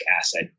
asset